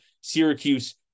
Syracuse